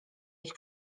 ich